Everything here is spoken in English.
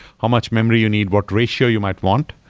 how much memory you need? what ratio you might want.